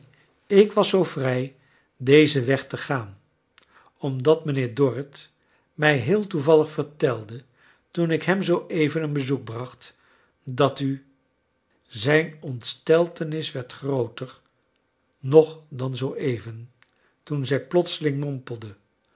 ik was zoo vrrj dezen weg te gaan omdat mijnheer dorrit mij heel toevallig vertelde toen ik hem zoo even een bezoek bracht dat u zijn ontsteltenis werd grooter nog dan zoo even toen zij plotseling